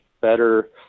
better